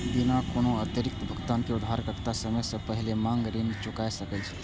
बिना कोनो अतिरिक्त भुगतान के उधारकर्ता समय सं पहिने मांग ऋण चुका सकै छै